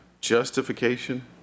justification